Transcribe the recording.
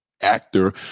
actor